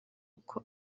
uko